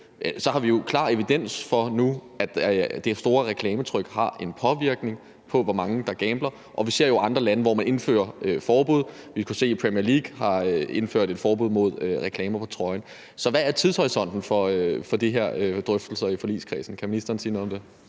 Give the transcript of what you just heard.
og har klar evidens for nu, at det store reklametryk har en påvirkning på, hvor mange der gambler, og vi ser jo andre lande, hvor man indfører forbud. Vi kan se, at Premier League har indført et forbud mod reklamer på trøjerne. Så hvad er tidshorisonten for de her drøftelser i forligskredsen? Kan ministeren sige noget om det?